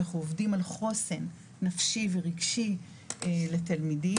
אנחנו עובדים על חוסן נפשי ורגשי לתלמידים.